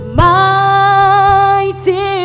mighty